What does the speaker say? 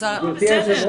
גברתי היו"ר,